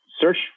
search